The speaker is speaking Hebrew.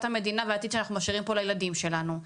המדינה והעתיד שאנחנו משאירים פה למדינה שלנו.